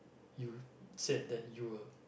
you said that you were